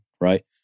Right